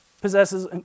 possesses